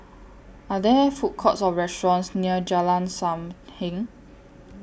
Are There Food Courts Or restaurants near Jalan SAM Heng